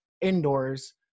indoors